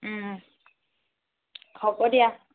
হ'ব দিয়া